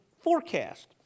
forecast